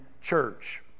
church